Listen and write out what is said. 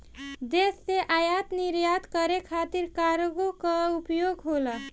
देश से आयात निर्यात करे खातिर कार्गो कअ उपयोग होला